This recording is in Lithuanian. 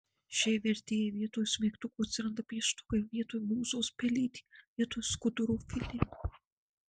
šiai vertėjai vietoj smeigtukų atsiranda pieštukai vietoj mūzos pelytė vietoj skuduro filė